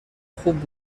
خوب